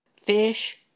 Fish